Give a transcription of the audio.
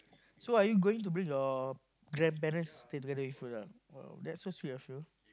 so are you going to bring your grandparents stay together with you lah !wow! that's so sweet of you